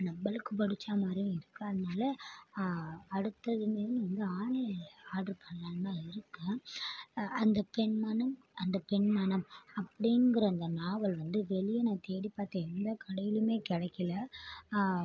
நம்மளுக்கு பிடிச்ச மாதிரியும் இருக்குது அதனால அடுத்தது இனிமேலு ஆன்லைனில் ஆட்ரு பண்ணலான்னு தான் இருக்கேன் அந்த பெண்மனம் அந்த பெண்மனம் அப்படிங்கிற அந்த நாவல் வந்து வெளியே நான் தேடிப்பார்த்தேன் எந்த கடைலியுமே கிடைக்கல